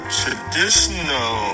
traditional